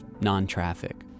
non-traffic